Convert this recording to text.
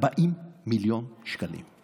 40 מיליון שקלים.